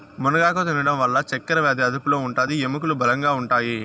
మునగాకు తినడం వల్ల చక్కరవ్యాది అదుపులో ఉంటాది, ఎముకలు బలంగా ఉంటాయి